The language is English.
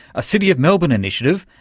a city of melbourne initiative,